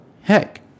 heck